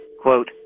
Quote